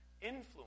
influence